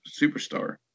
superstar